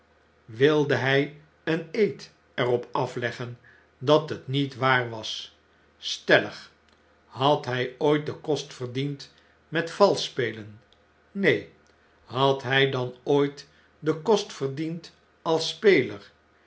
wilde hij een eed er op afleggen dat het niet waar was stellig had hjj ooit den kost verdiend met valsch spelen neen had hjj dan ooit den kost verdiend alsspeler